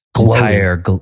entire